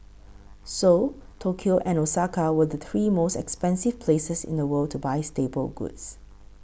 Seoul Tokyo and Osaka were the three most expensive places in the world to buy staple goods